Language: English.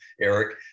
Eric